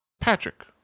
Patrick